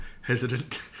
hesitant